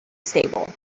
stable